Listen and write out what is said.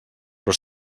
però